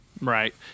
Right